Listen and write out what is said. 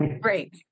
Great